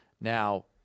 Now